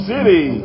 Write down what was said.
City